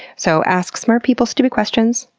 so ask smart people stupid questions,